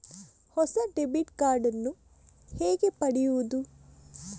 ಹೊಸ debit card ನ್ನು ಹೇಗೆ ಪಡೆಯುದು?